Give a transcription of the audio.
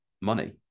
money